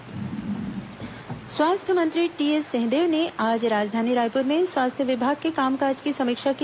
स्वास्थ्य मंत्री समीक्षा बैठक स्वास्थ्य मंत्री टीएस सिंहदेव ने आज राजधानी रायपुर में स्वास्थ्य विभाग के कामकाज की समीक्षा की